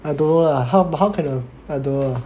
I don't know lah how can a I don't know lah